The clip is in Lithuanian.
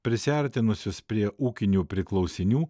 prisiartinusius prie ūkinių priklausinių